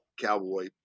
cowboy